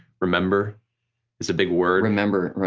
remember is a big word. remember, right.